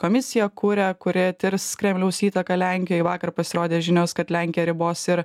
komisija kuria kurie tirs kremliaus įtaką lenkijoj vakar pasirodė žinios kad lenkija ribos ir